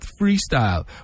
freestyle